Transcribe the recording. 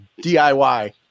DIY